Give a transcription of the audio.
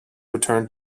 returned